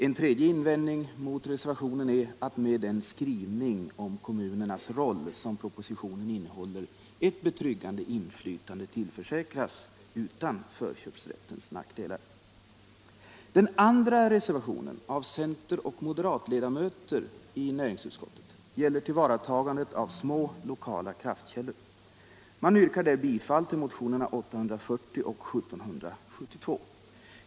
En tredje invändning mot reservationen är att med den skrivning om kommunernas roll som propositionen innehåller ett betryggande inflytande tillförsäkras utan förköpsrättens nackdelar. Den andra reservationen i näringsutskottets betänkande av centeroch moderatledamöter gäller tillvaratagandet av små lokala kraftkällor. Man yrkar där bifall till motionerna 840 och 1772.